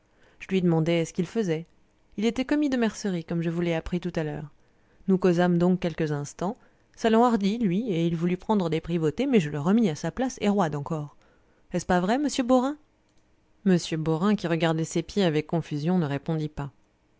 je lui demandai ce qu'il faisait il était commis de mercerie comme je vous l'ai appris tout à l'heure nous causâmes donc quelques instants ça l'enhardit lui et il voulut prendre des privautés mais je le remis à sa place et roide encore est-ce pas vrai monsieur beaurain m beaurain qui regardait ses pieds avec confusion ne répondit pas